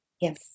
Yes